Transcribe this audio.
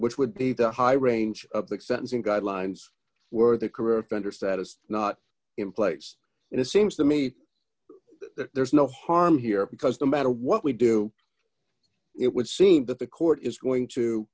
which would be the high range of the sentencing guidelines were the career offender status is not in place and it seems to me that there's no harm here because the matter what we do it would seem that the court is going to